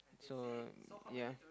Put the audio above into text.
so yea